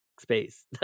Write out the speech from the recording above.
space